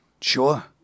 Sure